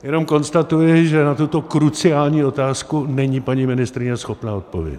Jenom konstatuji, že na tuto kruciální otázku není paní ministryně schopna odpovědět.